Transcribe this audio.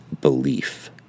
belief